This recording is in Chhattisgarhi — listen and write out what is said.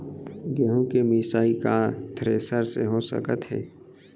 गेहूँ के मिसाई का थ्रेसर से हो सकत हे?